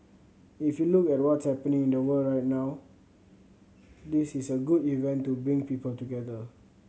if you look at what's happening in the world right now this is a good event to bring people together